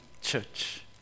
church